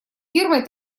фирмой